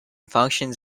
functions